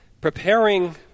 preparing